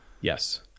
Yes